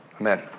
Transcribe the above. Amen